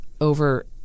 over